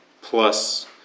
plus